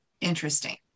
interesting